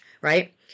right